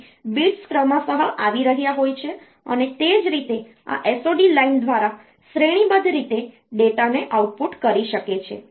તેથી bits ક્રમશઃ આવી રહ્યા હોય છે અને તે જ રીતે આ SOD લાઇન દ્વારા શ્રેણીબદ્ધ રીતે ડેટાને આઉટપુટ કરી શકે છે